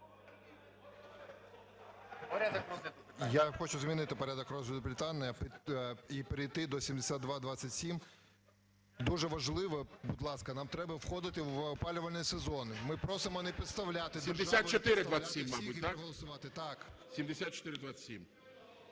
Я хочу змінити порядок розгляду питання і перейти до 7227. Дуже важливе, будь ласка, нам треба входити в опалювальний сезон. Ми просимо не підставляти ... ГОЛОВУЮЧИЙ. 7427, мабуть, так?